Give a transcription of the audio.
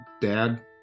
dad